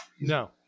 No